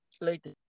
later